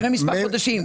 לפני מספר חודשים.